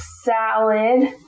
salad